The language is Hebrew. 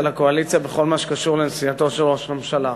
לקואליציה בכל מה שקשור לנסיעתו של ראש הממשלה.